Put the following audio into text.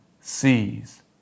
sees